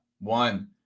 one